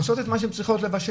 הן עושות מה שהן צריכות לבשל,